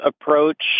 approach